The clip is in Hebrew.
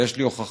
ויש לי הוכחה,